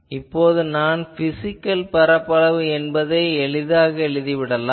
இப்போது நான் பிசிகல் பரப்பளவு என்ன என்பதை எளிதாகக் கூறிவிடலாம்